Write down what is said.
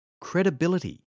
Credibility